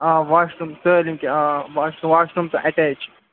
آ washroom سٲلِم کیٚنٛہہ آ آ واش روٗم واش روٗم تہِ ایٚٹیچ